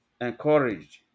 encouraged